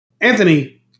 Anthony